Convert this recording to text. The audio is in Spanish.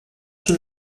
son